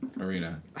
Arena